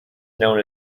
known